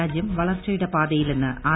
രാജ്യ്പ്പ് വളർച്ചയുടെ പാതയിലെന്ന് ആർ